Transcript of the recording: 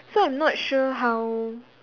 so I'm not sure how